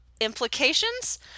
implications